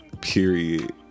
Period